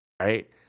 Right